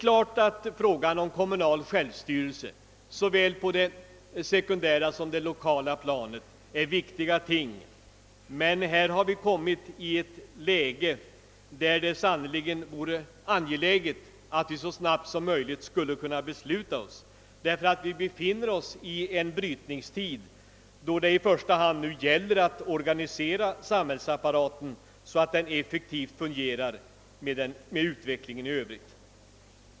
Frågan om kommunal självstyrelse på såväl det sekundära som det lokala planet är viktiga ting, men här har vi kommit i ett läge där det sannerligen vore angeläget att så snabbt som möjligt fatta beslut. Vi befinner oss i en brytningstid, då det i första hand gäller att organisera samhällsapparaten så att den fungerar effektivt i takt med utvecklingen.